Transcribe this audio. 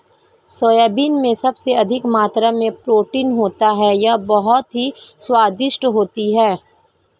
soybean में सबसे अधिक मात्रा में प्रोटीन होता है यह बहुत ही स्वादिष्ट होती हैं